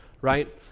right